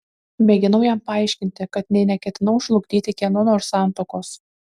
mėginau jam paaiškinti kad nė neketinau žlugdyti kieno nors santuokos